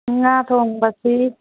ꯉꯥ ꯊꯣꯡꯕꯁꯤ